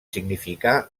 significà